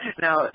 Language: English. Now